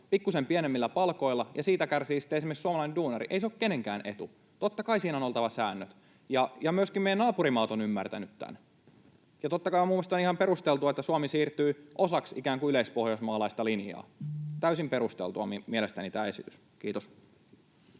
pikkusen pienemmillä palkoilla ja siitä kärsii sitten esimerkiksi suomalainen duunari. Ei se ole kenenkään etu. Totta kai siinä on oltava säännöt. Myöskin meidän naapurimaamme ovat ymmärtäneet tämän. Totta kai minun mielestäni on ihan perusteltua, että Suomi siirtyy osaksi ikään kuin yleispohjoismaalaista linjaa. Täysin perusteltu on mielestäni tämä esitys. — Kiitos.